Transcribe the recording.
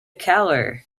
keller